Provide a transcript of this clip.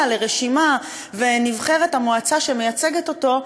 לרשימה ונבחרת המועצה שמייצגת אותו,